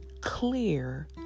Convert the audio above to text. clear